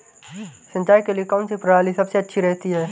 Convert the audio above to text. सिंचाई के लिए कौनसी प्रणाली सबसे अच्छी रहती है?